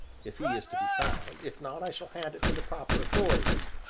if he is to be found if not, i shall hand it to the proper authorities.